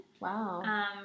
Wow